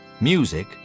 music